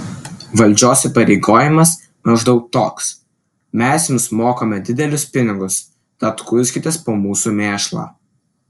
valdžios įpareigojimas maždaug toks mes jums mokame didelius pinigus tad kuiskitės po mūsų mėšlą